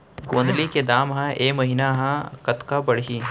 गोंदली के दाम ह ऐ महीना ह कतका बढ़ही?